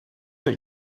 like